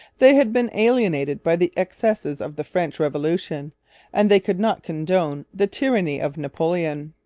they had been alienated by the excesses of the french revolution and they could not condone the tyranny of napoleon.